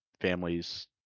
families